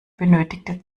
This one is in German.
benötigte